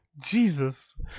jesus